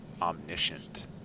omniscient